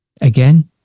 again